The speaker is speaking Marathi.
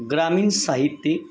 ग्रामीणसाहित्यिक